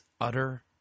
utter